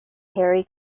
harry